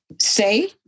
say